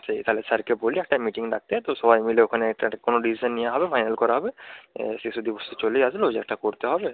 সেই তাহলে স্যারকে বলি একটা মিটিং ডাকতে তো সবাই মিলে ওখানে একটা কোনো ডিসিশান নেওয়া হবে ফাইনাল করা হবে শিশু দিবস তো চলেই আসলো একটা করতে হবে